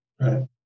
right